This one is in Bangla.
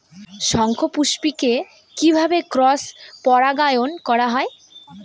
শঙ্খপুষ্পী কে কিভাবে ক্রস পরাগায়ন করা যায়?